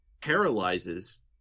paralyzes